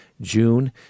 June